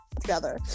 together